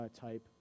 type